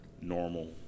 normal